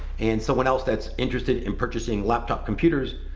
and someone else that's interested in purchasing laptop computers,